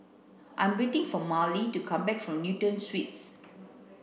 I'm waiting for Marlee to come back from Newton Suites